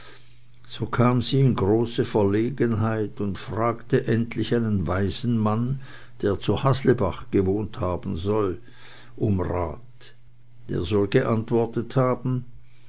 so kam sie in große verlegenheit und fragte endlich einen weisen mann der zu haslebach gewohnt haben soll um rat der soll geantwortet haben